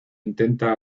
intenta